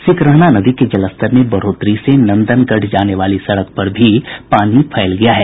सिकरहना नदी के जलस्तर में बढ़ोतरी से नंदनगढ़ जाने वाली सड़क पर भी पानी फैल गया है